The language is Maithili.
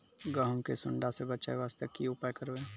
गहूम के सुंडा से बचाई वास्ते की उपाय करबै?